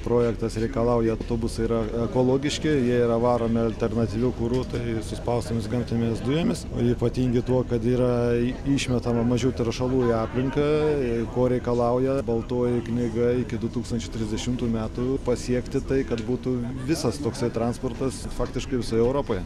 projektas reikalauja autobusai yra ekologiški jie yra varomi alternatyviu kuru tai suspaustomis gamtinėmis dujomis o ypatingi tuo kad yra išmetama mažiau teršalų į aplinką ko reikalauja baltoji knyga iki du tūkstančiai tridešimtų metų pasiekti tai kad būtų visas toksai transportas faktiškai visoje europoje